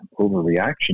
overreaction